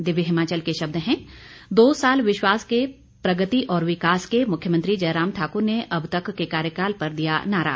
दिव्य हिमाचल के शब्द हैं दो साल विश्वास के प्रगति और विकास के मुख्यमंत्री जयराम ठाकुर ने अब तक के कार्यकाल पर दिया नारा